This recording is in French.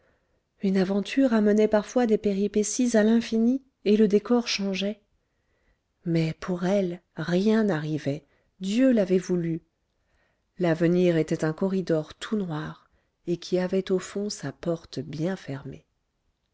une aventure amenait parfois des péripéties à l'infini et le décor changeait mais pour elle rien n'arrivait dieu l'avait voulu l'avenir était un corridor tout noir et qui avait au fond sa porte bien fermée